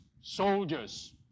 soldiers